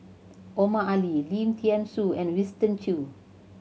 Omar Ali Lim Thean Soo and Winston Choo